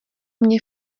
mně